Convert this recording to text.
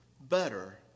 better